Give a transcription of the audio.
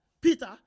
Peter